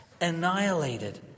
annihilated